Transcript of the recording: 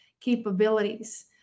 capabilities